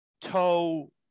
toe